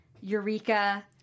Eureka